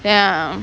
ya